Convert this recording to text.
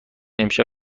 امشب